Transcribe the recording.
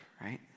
right